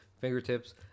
fingertips